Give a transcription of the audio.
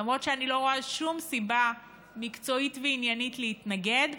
למרות שאני לא רואה שום סיבה מקצועית ועניינית להתנגד.